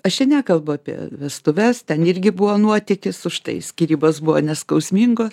aš čia nekalbu apie vestuves ten irgi buvo nuotykis užtai skyrybos buvo neskausmingos